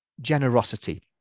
generosity